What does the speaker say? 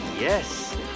yes